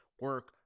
Work